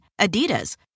Adidas